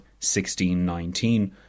1619